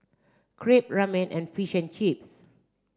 Crepe Ramen and Fish and Chips